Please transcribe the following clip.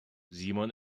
simon